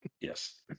Yes